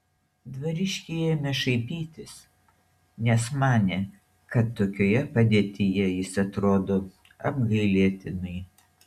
dvariškiai ėmė šaipytis nes manė kad tokioje padėtyje jis atrodo apgailėtinai